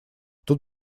тут